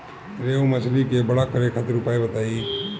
रोहु मछली के बड़ा करे खातिर उपाय बताईं?